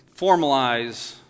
formalize